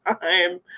time